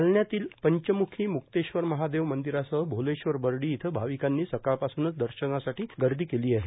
जालन्यातल्या पंचम्खी मुक्तेश्वर महादेव मंदिरासह भोलेश्वर बरडी इथं भाविकांनी सकाळपासूनच दर्शनासाठी गर्दी केली आहे